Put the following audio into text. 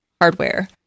hardware